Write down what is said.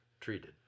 treated